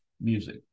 music